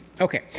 Okay